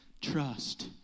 trust